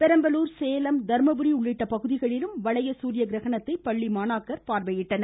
பெரம்பலூர் சேலம் தர்மபுரி உள்ளிட்ட பகுதிகளிலும் வளைய குரிய கிரகணத்தை பள்ளி மாணாக்கர் கண்டுகளித்தனர்